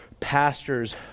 pastors